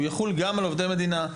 שהוא יחול גם על עובדי מדינה,